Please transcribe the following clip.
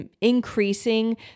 increasing